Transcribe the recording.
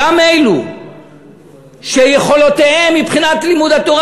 גם אלו שיכולותיהם מבחינת לימוד התורה